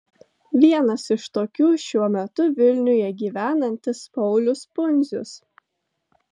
vienas iš tokių šiuo metu vilniuje gyvenantis paulius pundzius